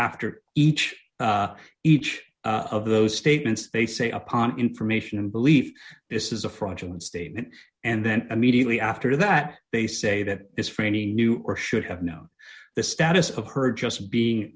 after each each of those statements they say upon information believe this is a fraudulent statement and then immediately after that they say that this framing knew or should have known the status of her just being